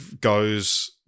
goes